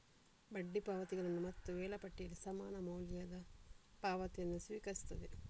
ಬಡ್ಡಿ ಪಾವತಿಗಳನ್ನು ಮತ್ತು ವೇಳಾಪಟ್ಟಿಯಲ್ಲಿ ಸಮಾನ ಮೌಲ್ಯದ ಪಾವತಿಯನ್ನು ಸ್ವೀಕರಿಸುತ್ತದೆ